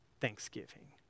thanksgiving